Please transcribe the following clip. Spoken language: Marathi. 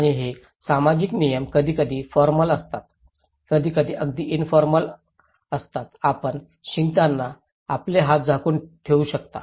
आणि हे सामाजिक नियम कधीकधी फॉर्मल असतात कधीकधी अगदी इनफॉर्मल आपण शिंकताना आपले हात झाकून ठेवू शकता